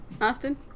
Austin